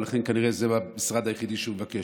ולכן כנראה זה המשרד היחידי שהוא מבקש,